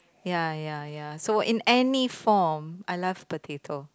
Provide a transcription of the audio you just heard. ya ya ya so in any form I love potato